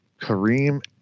Kareem